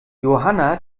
johanna